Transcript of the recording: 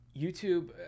YouTube